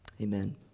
Amen